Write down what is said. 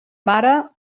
mare